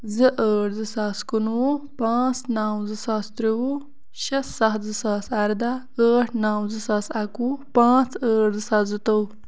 زٕ ٲٹھ زٕ ساس کُنہٕ وُہ پانٛژھ نَو زٕ ساس ترٛیوُہ شےٚ سَتھ زٕساس اَرٕداہ ٲٹھ نَو زٕ ساس اَکہٕ وُہ پانٛژھ ٲٹھ زٕ ساس زٕ تووُہ